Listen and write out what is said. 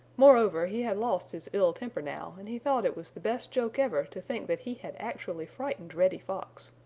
moreover, he had lost his ill temper now and he thought it was the best joke ever to think that he had actually frightened reddy fox.